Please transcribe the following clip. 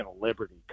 Liberty